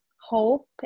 hope